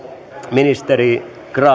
ministeri grahn